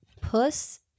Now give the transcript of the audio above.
Puss